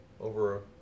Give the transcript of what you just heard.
over